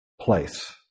place